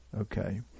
Okay